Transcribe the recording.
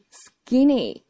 skinny